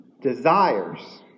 desires